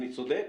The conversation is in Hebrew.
אני צודק?